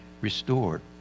restored